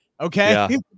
okay